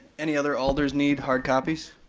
any other alders need hard copies?